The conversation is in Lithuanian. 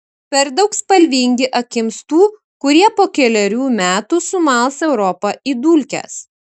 per daug spalvingi akims tų kurie po kelerių metų sumals europą į dulkes